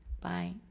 Bye